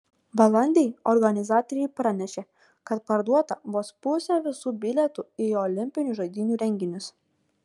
balandį organizatoriai pranešė kad parduota vos pusė visų bilietų į olimpinių žaidynių renginius